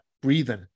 breathing